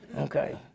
Okay